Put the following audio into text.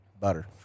Butter